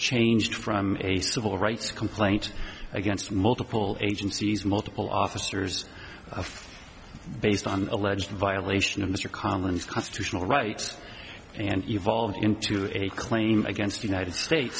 changed from a civil rights complaint against multiple agencies multiple officers based on alleged violation of mr collins constitutional rights and evolved into a claim against united states